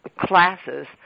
classes